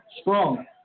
strong